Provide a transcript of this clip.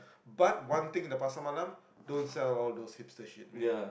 but one thing the Pasar Malam don't sell all those hipster shit man